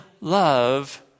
love